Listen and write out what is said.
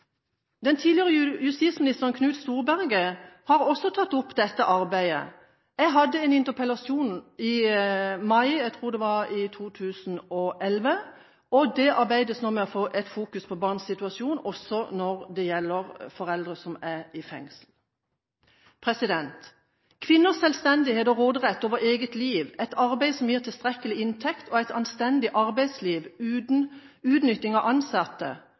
Tidligere justisminister Knut Storberget har også tatt opp dette arbeidet. Jeg hadde en interpellasjon i mai 2011, tror jeg det var, og det arbeides nå med å fokusere på barns situasjon også når det gjelder barn av foreldre som er i fengsel. Kvinners selvstendighet og råderett over eget liv, et arbeid som gir tilstrekkelig inntekt og et anstendig arbeidsliv, uten utnyttelse av ansatte